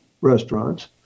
restaurants